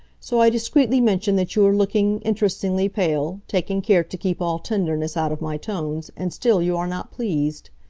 so i discreetly mention that you are looking, interestingly pale, taking care to keep all tenderness out of my tones, and still you are not pleased.